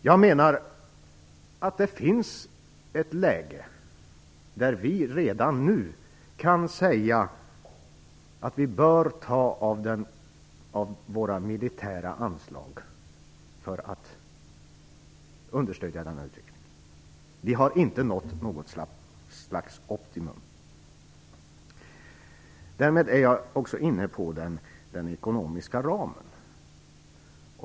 Jag menar att läget är sådant att vi redan nu kan säga att vi bör ta av våra militära anslag för att understödja denna utveckling. Vi har inte nått något slags optimum. Därmed är jag också inne på frågan om den ekonomiska ramen.